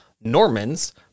Normans